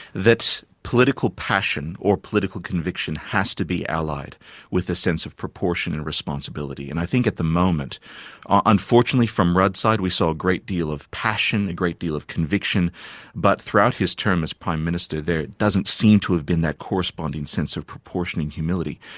that political passion, or political conviction has to be allied with a sense of proportion and responsibility, and i think at the moment ah unfortunately from rudd's side we saw a great deal of passion, a great deal of conviction but throughout his term as prime minister there doesn't seem to have been that corresponding sense of proportion and humility.